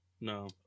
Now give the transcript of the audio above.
No